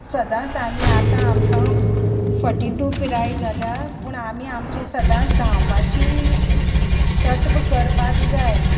सदांच आमी आतां आमकां फोटी टू पिराय जाल्यात पूण आमी आमची सदांच धावपाची तत्व करपाक जाय